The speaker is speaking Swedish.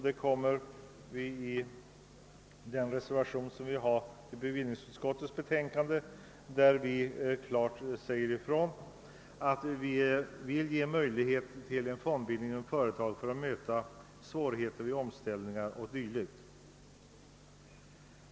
I vår reservation till bevillningsutskottets betänkande säger vi klart ifrån att vi för att möta svårigheter vid omställningar och dylikt vill ge möjligheter till en fondbildning inom företagen.